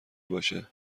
باشه